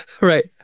Right